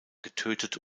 getötet